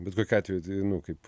bet kokiu atveju tai nu kaip